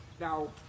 Now